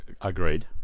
Agreed